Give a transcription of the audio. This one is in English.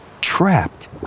trapped